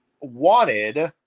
wanted